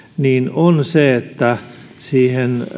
on se että